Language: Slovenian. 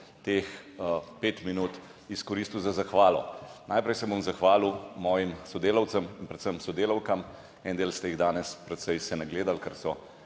teh 5 minut izkoristil za zahvalo. Najprej se bom zahvalil mojim sodelavcem in predvsem sodelavkam. En del ste jih danes precej se nagledali, ker so